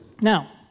Now